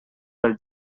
pel